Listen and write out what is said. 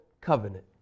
covenant